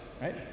right